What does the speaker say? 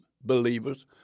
believers